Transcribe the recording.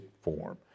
form